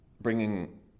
bringing